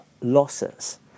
losses